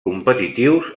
competitius